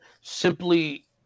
simply